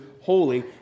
holy